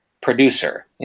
producer